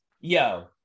yo